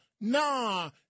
nah